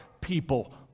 people